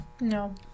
No